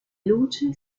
luce